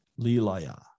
Lilaya